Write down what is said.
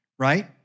right